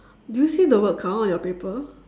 do you see the word count on your paper